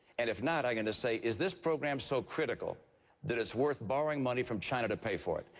and if not, i'm going to say, is this program so critical that it's worth borrowing money from china to pay for it?